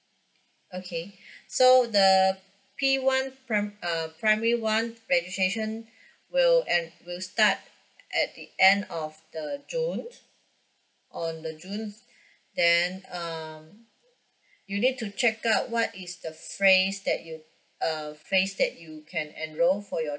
okay so the P one pri~ uh primary one registration will en~ will start at the end of the june on the june then um you need to check out what is the phrase that you err phrase that you can enroll for your